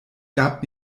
gab